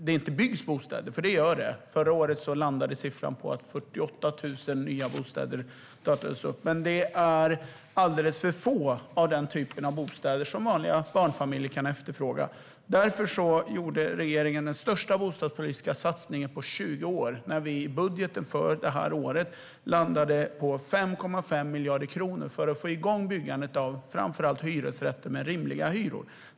Det byggs bostäder - förra året påbörjades 48 000 nya bostäder - men det är alldeles för få av dem som vanliga barnfamiljer kan efterfråga. Därför gjorde regeringen den största bostadspolitiska satsningen på 20 år när vi i budgeten för detta år landade på 5,5 miljarder kronor för att få igång byggandet av framför allt hyresrätter med rimliga hyror.